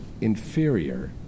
inferior